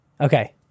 Okay